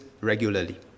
regularly